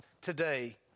today